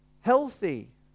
healthy